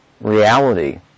reality